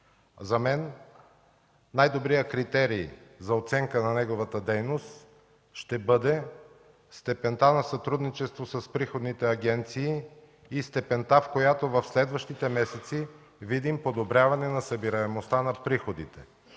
За мен най-добрият критерий за оценка на неговата дейност ще бъде степента на сътрудничество с приходните агенции и степента, в която в следващите месеци видим подобряване събираемостта на приходите.